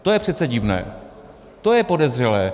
To je přece divné, to je podezřelé.